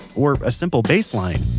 or a simple bass line